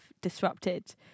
disrupted